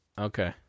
Okay